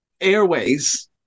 airways